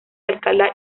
alcalá